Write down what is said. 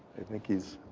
think he's